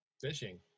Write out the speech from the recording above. Fishing